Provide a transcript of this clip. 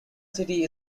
city